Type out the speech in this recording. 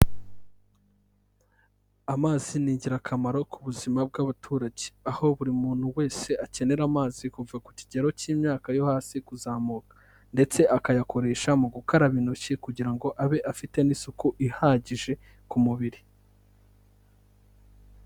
Amazi ni ingirakamaro ku buzima bw'abaturage, aho buri muntu wese akenera amazi kuva ku kigero cy'imyaka yo hasi kuzamuka, ndetse akayakoresha mu gukaraba intoki kugira ngo abe afite n'isuku ihagije ku mubiri.